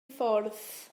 ffordd